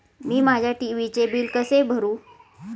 मी माझ्या टी.व्ही चे बिल कसे भरू?